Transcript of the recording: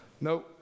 No